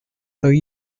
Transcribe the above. though